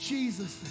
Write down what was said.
Jesus